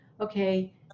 okay